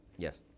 Yes